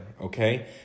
Okay